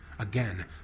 Again